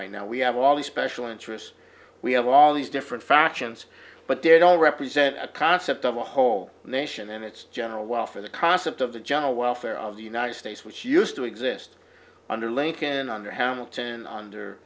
right now we have all these special interests we have all these different factions but they don't represent a concept of a whole nation and its general welfare the concept of the general welfare of the united states which used to exist under lincoln under hamilton under